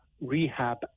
rehab